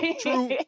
True